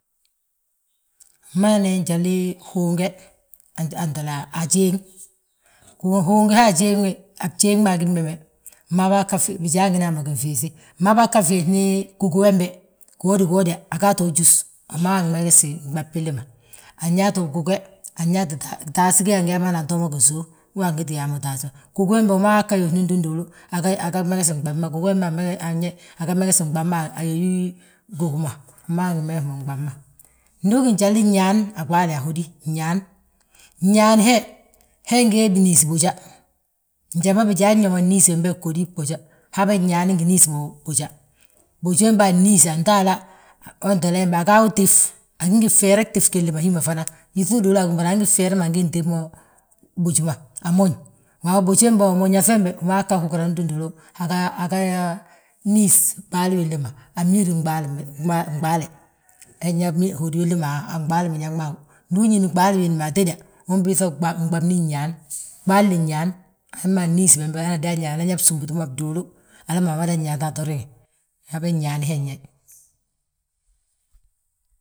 njan huunge a jéeŋ, guunge he a jéŋ wi, a bjéŋ ma agí mbe, mmaba anga fiis bijaa ma ngi ma yaa mo ginfiisi, mma ba aga fiisni gunge hembe giwodi giwoda agata wi jús. Awi maawi ammegeti nɓab billi ma, anyaati guge, taas wee angi yaa mo hana anto mo ginsów, waa angi yaa mo taasi ma. Gugu wembe, anga yóni nduduulu, aga megesi nɓab ma, gugi wembe anyaayi aga megesi nɓab ma, a yóyi gugi ma, mma wi angi meges mo nɓab ma. Ndu ngi njali ñaal a ɓaale, a hódi, ñaal, ñaal he, he ngi yaa ye biniisi boja. Njali ma bijaa nyo niis bembe ghódi gboja, habe ñaali ngi niisi mo boja. Boji wembe anniisi anto hala, wétele wembe aga wi tif agí ngi bfeere, gtif gilli ma hi ma fana. Yíŧi uduulu agíw bari agí ngi bfere gtif gilli ma boji ma, amoñ, waabo boji wembe umoñaŧ wembe, wima wi aga hogurani nduduulu. Aga niis ɓaali willi ma, anniisi ŋɓaale, we nyaa hódi willi ma a ŋɓaalim biñaŋ ma. Ndu uñíni ɓaali wiindi ma atéda, unbiiŧa nɓabni nñaal, ɓaalini nñaal. Hamma aniis bembe anan yaa bsúmbuuti ma bduulu, hala ma amadan yaata ato riŋe, habe nñaal he nyaayi.